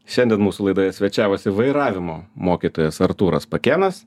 šiandien mūsų laidoje svečiavosi vairavimo mokytojas artūras pakėnas